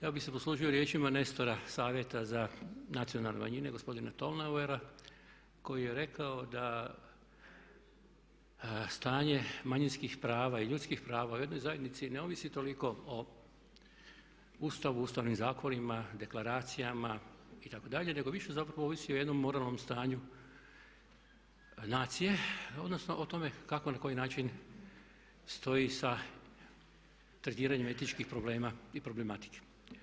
Ja bih se poslužio riječima Nestora Savjeta za nacionalne manjine gospodina … koji je rekao da stanje manjinskih prava i ljudskih prava u jednoj zajednici ne ovisi toliko o Ustavu, ustavnim zakonima, deklaracijama itd., nego više zapravo ovisi o jednom moralnom stanju nacije, odnosno o tome kako na koji način stoji sa tretiranjem etičkih problema i problematike.